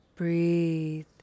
Breathe